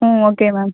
ம் okay ma'am